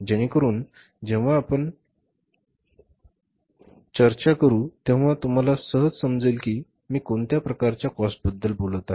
जेणेकरून जेव्हा आपण नंतर जेव्हा चर्चा करू तेव्हा तुम्हाला सहज समजेल कि मी कोणत्या प्रकारच्या कॉस्ट बद्दल बोलत आहे